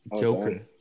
Joker